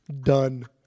Done